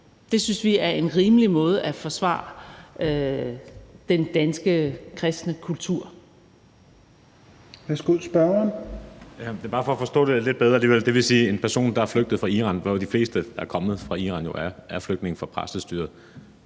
Det synes vi er en rimelig måde at forsvare den danske kristne kultur